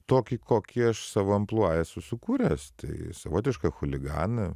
tokį kokį aš savo amplua esu sukūręs tai savotišką chuliganą